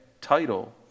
title